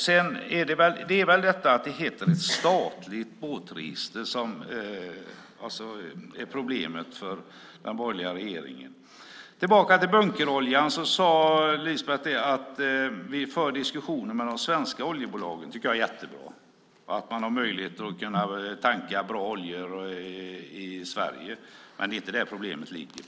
Det är väl detta att det heter ett statligt båtregister som är problemet för den borgerliga regeringen. För att gå tillbaka till frågan om bunkeroljan sade Lisbeth att det förs diskussioner med de svenska oljebolagen. Jag tycker att det är jättebra att det finns möjlighet att tanka bra oljor i Sverige, men det är inte här problemet ligger.